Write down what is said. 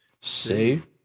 save